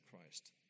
Christ